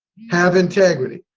have integrity.